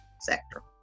sector